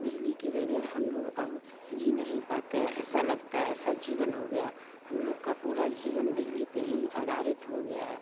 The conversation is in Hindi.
बिजली के वगैर हम लोग अब जी नहीं पाते हैं ऐसा लगता है ऐसा जीवन हो गया हम लोग का पूरा जीवन बिजली पे ही आधारित हो गया है